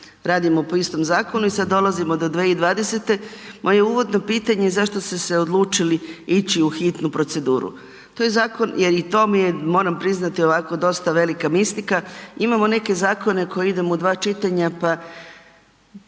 radimo po istom zakonu i sad dolazimo do 2020., moje uvodno pitanje je zašto ste se odlučili ići u hitnu proceduru? Jer i to mi je moram priznati ovako dosta velika mistika, imamo neke zakone koji idemo u dva čitanja pa